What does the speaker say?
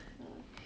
oh